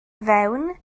fewn